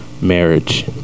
Marriage